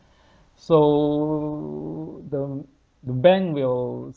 so the the bank will